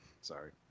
Sorry